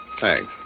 Thanks